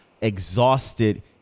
exhausted